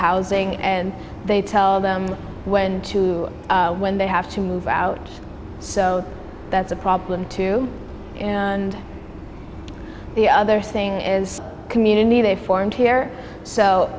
housing and they tell them when to when they have to move out so that's a problem too and the other thing is community they formed here so